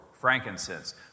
frankincense